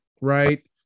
Right